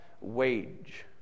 wage